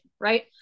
right